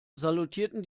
salutierten